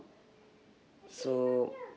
so